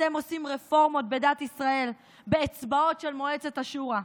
אתם עושים רפורמות בדת ישראל באצבעות של מועצת השורא.